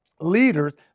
leaders